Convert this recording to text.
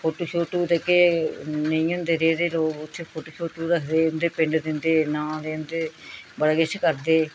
photo शोटो ते केह् नेईं होंदे ते जेह्ड़े लोक होंदे उत्थें फोटो शोटो रखदे उं'दे पिंड दिंदे नांऽ दे उं'दे बड़ा किश करदे